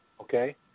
okay